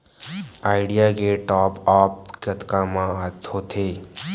Idea के top आप कतका म होथे?